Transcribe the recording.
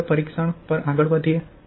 ચાલો હવે પરીક્ષણ પર આગળ વધીએ